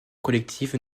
collective